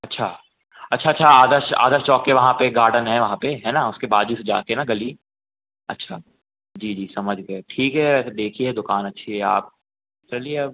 अच्छा अच्छा अच्छा आदर्श आदर्श चौक के वहाँ पर एक गार्डन है वहाँ पर है ना उसके बाज़ू से जा कर ना गली अच्छा जी जी समझ गए ठीक है ऐसे देखिए दुकान अच्छी है आप चलिए अब